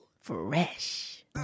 fresh